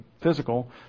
physical